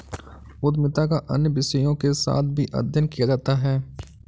उद्यमिता का अन्य विषयों के साथ भी अध्ययन किया जाता है